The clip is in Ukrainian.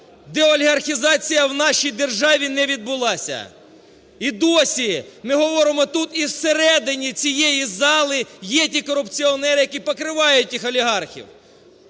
Деолігархізація в нашій державі не відбулася і досі ми говоримо тут і в середині цієї зали є ті корупціонери, які покривають тих олігархів.